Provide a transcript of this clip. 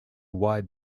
wide